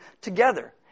together